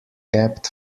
kept